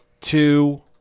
two